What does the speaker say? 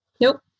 Nope